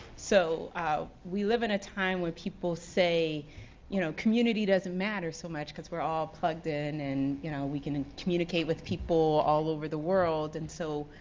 so we live in a time when people say you know community doesn't matter so much, cause we're all plugged in and you know we can communicate with people all over the world, and so,